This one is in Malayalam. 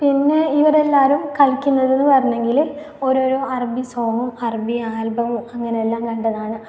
പിന്നെ ഇവർ എല്ലാവരും കളിക്കുന്നത് എന്ന് പറഞ്ഞെങ്കിൽ ഓരോരോ അറബി സോങ്ങും അറബി ആൽബവും അങ്ങനെയെല്ലാം കണ്ടതാണ്